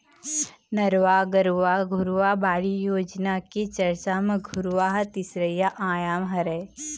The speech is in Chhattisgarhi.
नरूवा, गरूवा, घुरूवा, बाड़ी योजना के चरचा म घुरूवा ह तीसरइया आयाम हरय